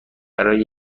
برای